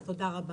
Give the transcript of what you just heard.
תודה רבה.